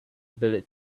bullet